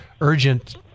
urgent